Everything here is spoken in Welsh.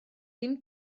ddim